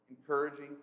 encouraging